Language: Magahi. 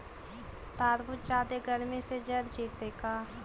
तारबुज जादे गर्मी से जर जितै का?